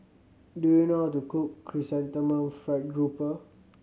do you know how to cook Chrysanthemum Fried Grouper